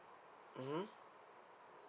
mmhmm